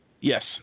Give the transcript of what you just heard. Yes